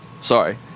Sorry